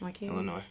Illinois